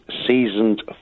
seasoned